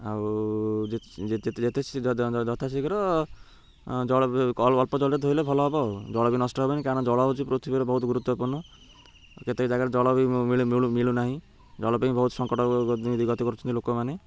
ଆଉ ଯଥାଶୀଘ୍ର ଜଳ ଅଳ୍ପ ଜଳରେ ଧୋଇଲେ ଭଲ ହବ ଜଳ ବି ନଷ୍ଟ ହବନି କାରଣ ଜଳ ହେଉଛି ପୃଥିବୀରେ ବହୁତ ଗୁରୁତ୍ୱପୂର୍ଣ୍ଣ କେତେକ ଜାଗାରେ ଜଳ ବି ମିଳୁନାହିଁ ଜଳ ପାଇଁ ବହୁତ ସଙ୍କଟ ଗତି କରୁଛନ୍ତି ଲୋକମାନେ